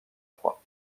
trois